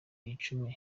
icumi